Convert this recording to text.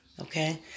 Okay